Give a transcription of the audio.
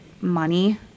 money